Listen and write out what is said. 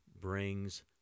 brings